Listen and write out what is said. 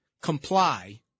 comply